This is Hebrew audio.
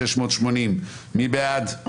מי בעד?